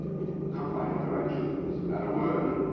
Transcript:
to cock my hat where i choose, and a word,